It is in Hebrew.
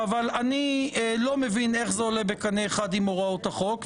אבל אני לא מבין איך זה עולה בקנה אחד עם הוראות החוק.